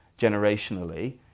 generationally